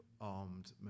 armed